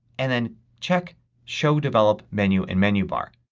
and then check show developed menu in menu bar.